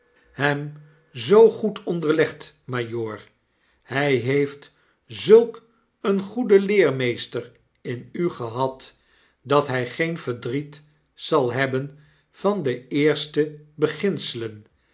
hem zoo goed onderlegd majoor hy heeft zulk een goeden leermeester in u gehad dat hy geen verdriet zal hebben van de eerste